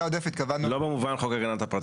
לא במובן חוק הגנת הפרטיות.